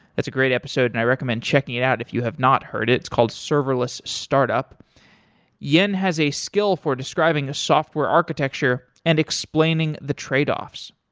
that's a great episode and i recommend checking it out if you have not heard it. it's called serverless startup yan has a skill for describing software architecture and explaining the tradeoffs.